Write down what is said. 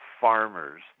farmers